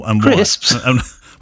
Crisps